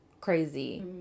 crazy